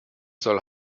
soll